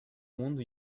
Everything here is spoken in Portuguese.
mundo